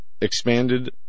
expanded